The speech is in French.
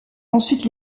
ensuite